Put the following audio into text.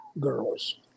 girls